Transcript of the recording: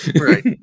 Right